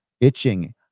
itching